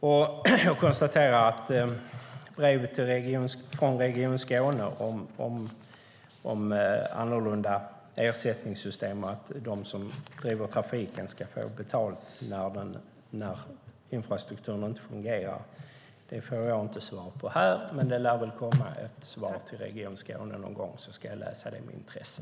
När det gäller brevet från Region Skåne om annorlunda ersättningssystem, att de som driver trafiken ska få betalt när infrastrukturen inte fungerar, konstaterar jag att jag inte får svar. Men det lär väl komma ett svar till Region Skåne någon gång. Då ska jag läsa det med intresse.